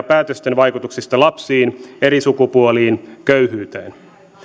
päätösten vaikutuksista lapsiin eri sukupuoliin köyhyyteen